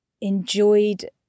enjoyed